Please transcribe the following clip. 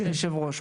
אדוני יושב הראש.